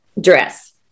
Dress